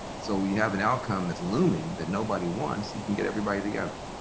so we have an outcome that's looming that nobody wants, you can get everybody together.